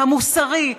המוסרי,